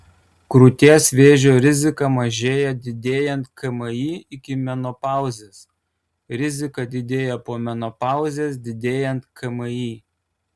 krūties vėžio rizika mažėja didėjant kmi iki menopauzės rizika didėja po menopauzės didėjant kmi